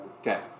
Okay